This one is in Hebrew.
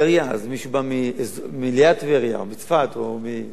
אז מי שליד טבריה או מצפת או ממגדל